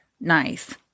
nice